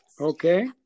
okay